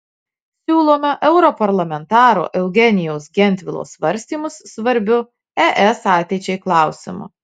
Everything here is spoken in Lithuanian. siūlome europarlamentaro eugenijaus gentvilo svarstymus svarbiu es ateičiai klausimu